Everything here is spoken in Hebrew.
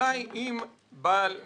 אם בעל השליטה,